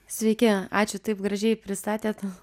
sveiki ačiū taip gražiai pristatėt